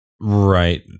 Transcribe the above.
Right